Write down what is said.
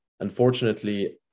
unfortunately